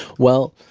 well,